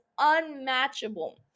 unmatchable